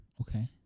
Okay